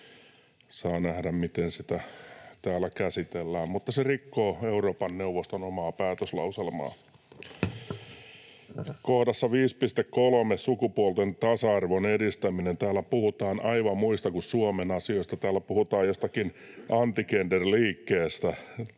saa nähdä, miten sitä täällä käsitellään. Mutta se laki rikkoo Euroopan neuvoston omaa päätöslauselmaa. Kohdassa 5.3 Sukupuolten tasa-arvon edistäminen täällä puhutaan aivan muista kuin Suomen asioista. Täällä puhutaan jostakin anti-gender-liikkeestä